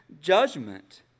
judgment